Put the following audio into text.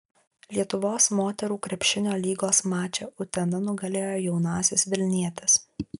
lietuvos moterų krepšinio lygos mače utena nugalėjo jaunąsias vilnietes